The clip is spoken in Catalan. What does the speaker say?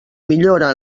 millora